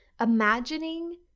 imagining